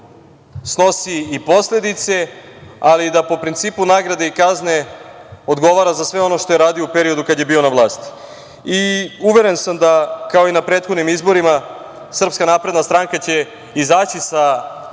snosi i posledice, ali da po principu nagrade i kazne odgovara za sve ono što je radio u periodu dok je bio na vlasti i uveren sam da, kao i na prethodnim izborima, SNS će izaći sa